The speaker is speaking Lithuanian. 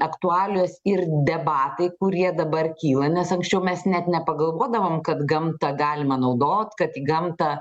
aktualijos ir debatai kurie dabar kyla nes anksčiau mes net nepagalvodavom kad gamtą galima naudot kad į gamtą